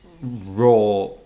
raw